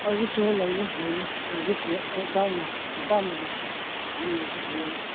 ꯍꯥꯒꯤꯁꯁꯨ ꯂꯩꯅꯤ ꯂꯩꯅꯤ ꯍꯥꯒꯤꯁꯁꯤ ꯏꯇꯥꯎꯅ ꯑꯄꯥꯝꯕꯗꯣ ꯑꯗꯨꯝ ꯂꯧꯕꯤꯕ ꯌꯥꯏ